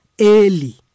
Early